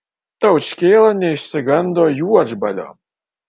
taučkėla neišsigando juodžbalio